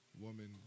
woman